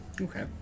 Okay